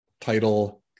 title